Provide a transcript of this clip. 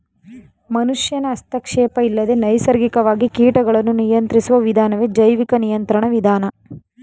ಮನುಷ್ಯನ ಹಸ್ತಕ್ಷೇಪ ಇಲ್ಲದೆ ನೈಸರ್ಗಿಕವಾಗಿ ಕೀಟಗಳನ್ನು ನಿಯಂತ್ರಿಸುವ ವಿಧಾನವೇ ಜೈವಿಕ ನಿಯಂತ್ರಣ ವಿಧಾನ